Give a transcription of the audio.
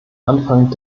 anfang